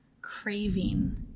craving